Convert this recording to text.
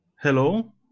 Hello